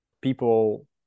People